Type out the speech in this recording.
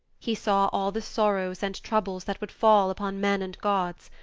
he saw all the sorrows and troubles that would fall upon men and gods.